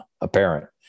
apparent